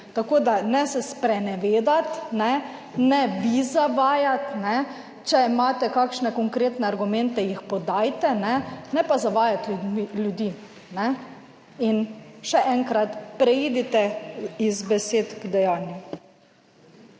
Tako da ne se sprenevedati. Ne vi zavajati. Če imate kakšne konkretne argumente jih podajte ne pa zavajati ljudi. Še enkrat preidite iz besed k dejanju.